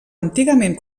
antigament